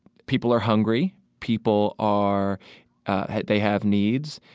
people are hungry. people are they have needs.